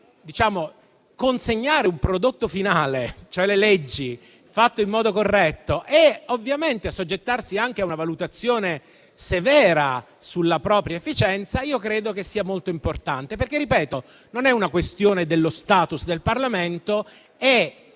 poter consegnare un prodotto finale, cioè leggi fatte in modo corretto, e ovviamente assoggettarsi anche a una valutazione severa sulla propria efficienza, credo che sia molto importante. Ripeto: non è una questione di *status* del Parlamento,